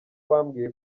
bambwiye